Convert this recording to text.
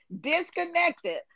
disconnected